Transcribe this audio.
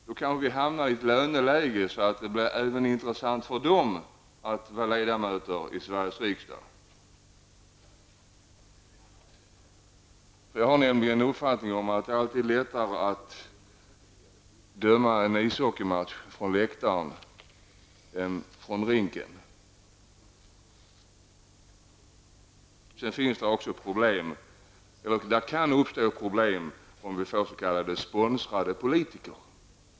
Vi kanske skulle hamna i ett löneläge så att det blev intressant även för dem att vara ledamöter i Sveriges riksdag. Jag har nämligen den uppfattningen att det alltid är lättare att döma en ishockeymatch från läktaren än från rinken. Det kan också uppstå problem, om vi får s.k. sponsrade politiker.